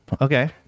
Okay